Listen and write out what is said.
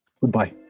Goodbye